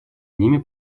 ними